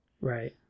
Right